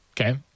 Okay